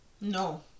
no